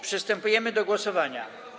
Przystępujemy do głosowania.